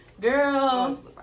girl